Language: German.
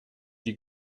die